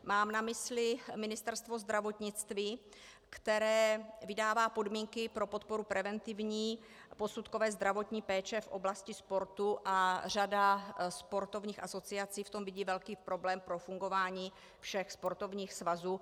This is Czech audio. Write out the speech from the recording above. Mám na mysli Ministerstvo zdravotnictví, které vydává podmínky pro podporu preventivní posudkové zdravotní péče v oblasti sportu, a řada sportovních asociací v tom vidí velký problém pro fungování všech sportovních svazů.